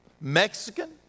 Mexican